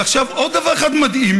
ועכשיו, עוד דבר אחד מדהים,